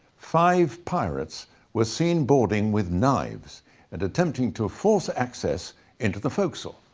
five pirates were seen boarding with knives and attempting to force access into the foc'sle.